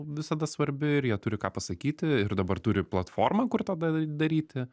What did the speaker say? visada svarbi ir jie turi ką pasakyti ir dabar turi platformą kur tą da daryti